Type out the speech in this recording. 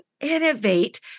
innovate